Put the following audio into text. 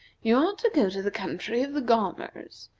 you ought to go to the country of the gaumers,